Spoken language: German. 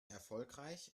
erfolgreich